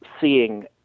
seeing